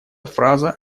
фраза